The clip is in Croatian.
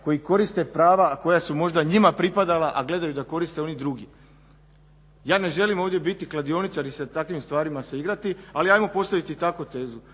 koji koriste prava a koja su možda njima pripadala a gledaju da korite oni drugi. Ja ne želim ovdje biti kladioničar i sa takvim stvarima se igrati ali ajmo postaviti takvu tezu.